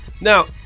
Now